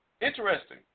Interesting